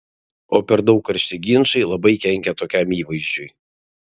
o per daug karšti ginčai labai kenkia tokiam įvaizdžiui